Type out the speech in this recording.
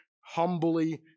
humbly